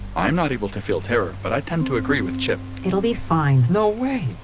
i am not able to feel terror, but i tend to agree with chip it'll be fine no way!